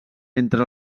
entre